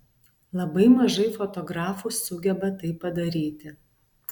labai mažai fotografų sugeba tai padaryti